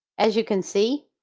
as you can see,